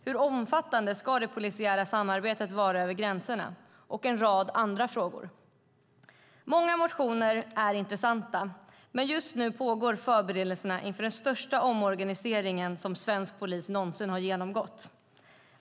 Hur omfattande ska det polisiära samarbetet vara över gränserna? Detta är bara några av många frågor. Många motioner är intressanta, och just nu pågår förberedelserna inför den största omorganiseringen som svensk polis någonsin genomgått.